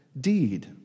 deed